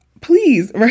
please